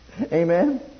Amen